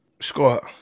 Scott